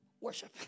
Worship